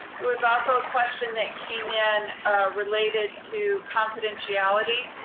there was also a question that came in related to confidentiality,